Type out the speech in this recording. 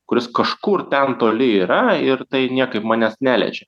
kuris kažkur ten toli yra ir tai niekaip manęs neliečia